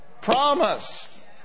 promise